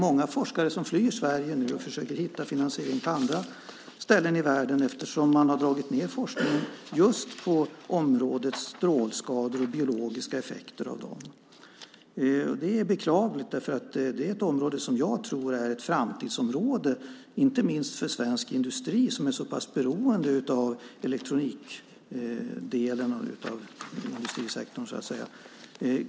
Många forskare flyr nu Sverige och försöker hitta finansiering på andra ställen i världen eftersom man har dragit ned på forskningen just på området strålskador och biologiska effekter av dessa. Det här är beklagligt därför att detta är ett område som jag tror är ett framtidsområde, inte minst för svensk industri som är så pass beroende av elektronikdelen av industrisektorn.